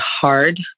hard